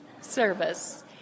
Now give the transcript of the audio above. service